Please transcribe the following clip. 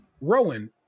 Rowan